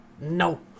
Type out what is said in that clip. No